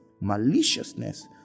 maliciousness